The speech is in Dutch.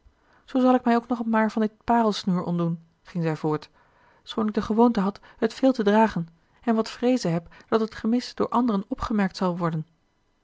zoo zal ik mij ook nog maar van dit parelsnoer ontdoen ging zij voort schoon ik de gewoonte had het veel te dragen en wat vreeze heb dat het gemis door anderen opgemerkt zal worden